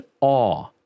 awe